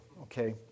okay